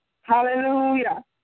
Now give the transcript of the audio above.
Hallelujah